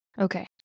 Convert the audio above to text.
Okay